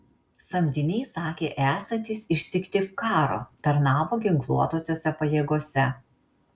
samdinys sakė esantis iš syktyvkaro tarnavo ginkluotosiose pajėgose